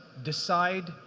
decide,